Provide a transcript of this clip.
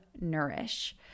Nourish